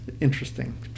interesting